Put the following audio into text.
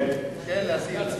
כן, להסיר.